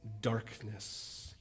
darkness